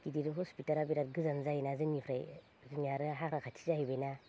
गिदिर हस्पिटाला बेराद गोजान जायोना जोंनिफ्राय जोंनि आरो हाग्रा खाथि जाहैबायना